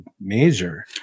major